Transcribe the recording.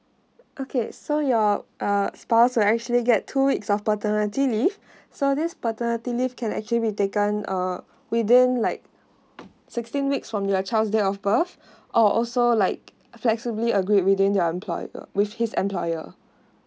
okay so you're uh is both right so actually get two weeks of paternity leave so this paternity leave can actually be taken uh within like sixteen weeks from your child's date of birth or also like flexibly agreed within your employable which his employer